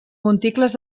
monticles